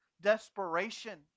desperation